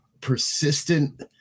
persistent